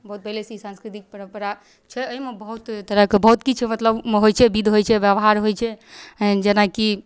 बहुत पहिलेसँ ई साँस्कृतिक परम्परा छै एहिमे बहुत तरहके बहुत किछु मतलब होइ छै बिध होइ छै बेवहार होइ छै जेनाकि